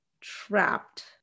trapped